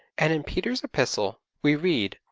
and in peter's epistle we read,